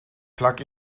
plug